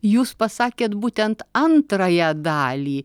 jūs pasakėt būtent antrąją dalį